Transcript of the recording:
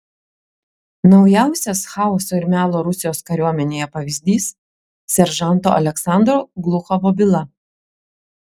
naujausias chaoso ir melo rusijos kariuomenėje pavyzdys seržanto aleksandro gluchovo byla